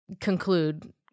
Conclude